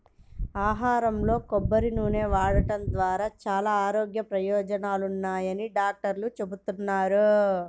ఆహారంలో కొబ్బరి నూనె వాడటం ద్వారా చాలా ఆరోగ్య ప్రయోజనాలున్నాయని డాక్టర్లు చెబుతున్నారు